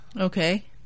Okay